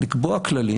לקבוע כללים,